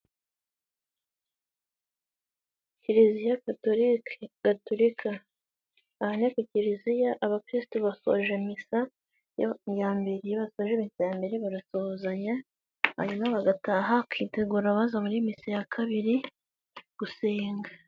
Kiliziya gatolika, aha ni ku kiliziya, abakirisitu basoje misa ya mbere, iyo basoje misa yambere barasuzanya, hanyuma bagataha bakitegura abaza muri misi ya kabiri gusenga.